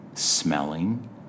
smelling